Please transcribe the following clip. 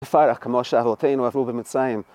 בפרך כמו שאבותינו, עבדו במצריים